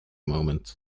moment